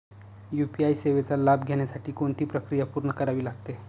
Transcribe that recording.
UPI सेवेचा लाभ घेण्यासाठी कोणती प्रक्रिया पूर्ण करावी लागते?